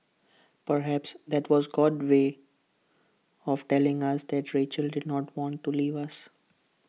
perhaps that was God's way of telling us that Rachel did not want to leave us